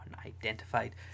unidentified